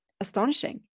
astonishing